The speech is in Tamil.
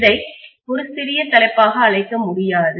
இதை ஒரு சிறிய தலைப்பாக அழைக்க முடியாது